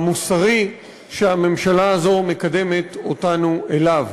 המוסרי, שהממשלה הזו מקדמת אותנו אליו.